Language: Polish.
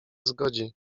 zgodzi